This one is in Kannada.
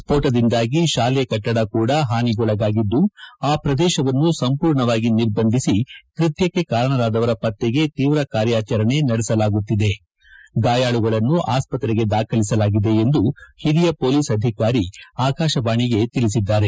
ಸ್ಪೋಟದಿಂದಾಗಿ ಶಾಲೆ ಕಟ್ಟದ ಕೂಡ ಹಾನಿಗೊಳಗಾಗಿದ್ದು ಆ ಪ್ರದೇಶವನ್ನು ಸಂಪೂರ್ಣವಾಗಿ ನಿರ್ಬಂಧಿಸಿ ಕೃತ್ಯಕ್ಕೆ ಕಾರಣವಾದವರ ಪತ್ತೆಗೆ ತೀವ್ರ ಕಾರ್ಯಾಚರಣೆ ನಡೆಸಲಾಗುತ್ತಿದೆ ಗಾಯಾಳುಗಳನ್ನು ಆಸ್ವತ್ರೆಗೆ ದಾಖಲಿಸಲಾಗಿದೆ ಎಂದು ಹಿರಿಯ ಪೊಲೀಸ್ ಅಧಿಕಾರಿ ಆಕಾಶವಾಣಿಗೆ ತಿಳಿಸಿದ್ದಾರೆ